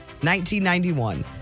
1991